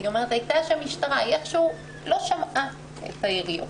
היא אומרת שהייתה שם משטרה והיא איך שהוא לא שמעה את היריות.